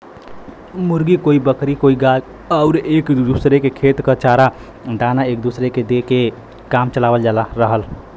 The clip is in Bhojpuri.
मुर्गी, कोई बकरी कोई गाय आउर एक दूसर के खेत क चारा दाना एक दूसर के दे के काम चलावत रहल